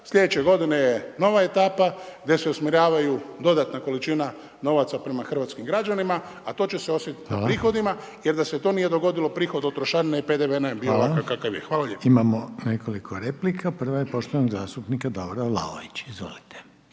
Slijedeće godine je nova etapa gdje se usmjeravaju dodatna količina novaca prema hrvatskim građanima, a to će se osjetiti u prihodima jer da se to nije dogodilo, prihod od trošarine bi bio kakav je. Hvala lijepo. **Reiner, Željko (HDZ)** Hvala. Imamo nekoliko replika. Prva je poštovanog zastupnika Davora Vlaovića, izvolite.